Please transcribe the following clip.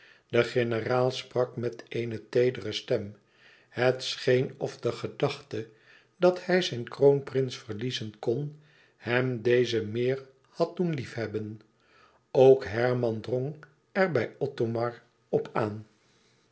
de generaal sprak met eene teedere stem het scheen of de gedachte dat hij zijn kroon prins verliezen kon hem dezen meer had doen lief hebben ook herman drong er bij othomar op aan